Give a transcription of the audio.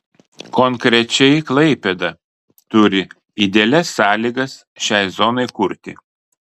konkrečiai klaipėda turi idealias sąlygas šiai zonai kurti